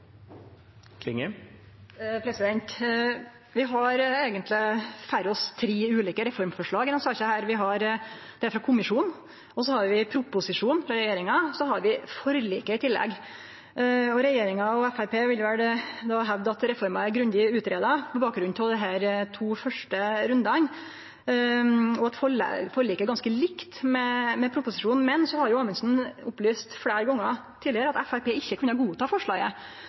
Vi har eigentleg føre oss tre ulike reformforslag i denne saka. Vi har det frå kommisjonen, vi har proposisjonen frå regjeringa, og så har vi i tillegg forliket. Regjeringa og Framstegspartiet vil vel då hevde at reforma er grundig utgreidd på bakgrunn av desse to første rundane, og at forliket er ganske likt proposisjonen. Men så har jo representanten Amundsen opplyst fleire gonger tidlegare at Framstegspartiet ikkje kunne godta forslaget